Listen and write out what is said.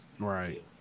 right